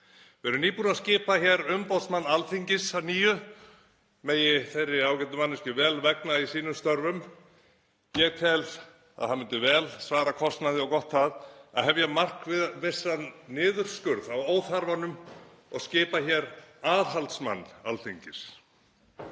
erum nýbúin að skipa hér umboðsmann Alþingis að nýju og megi þeirri ágætu manneskju vel vegna í sínum störfum. Ég tel að það mætti vel svara kostnaði og gott það að hefja markvissan niðurskurð á óþarfanum og skipa hér aðhaldsmann Alþingis.